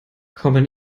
kommen